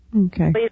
Okay